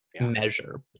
measure